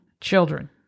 children